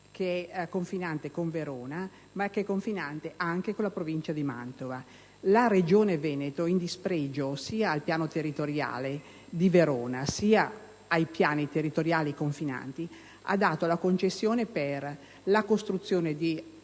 confinante con Verona, ma anche con la provincia di Mantova. La Regione Veneto, in dispregio sia al piano territoriale di Verona sia ai piani territoriali confinanti, ha dato la concessione per la costruzione di